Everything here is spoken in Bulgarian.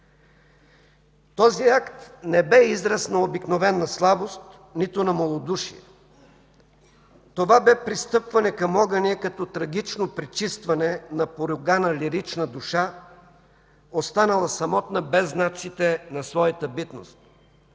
Този акт не бе израз на обикновена слабост, нито на малодушие. Това бе пристъпване към огъня като към трагично пречистване на поругана лирична душа, останала самотна без знаците на своята битност.